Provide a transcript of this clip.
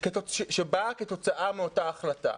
שבאה כתוצאה מאותה החלטה.